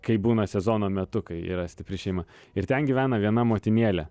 kai būna sezono metu kai yra stipri šeima ir ten gyvena viena motinėlė